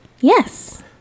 Yes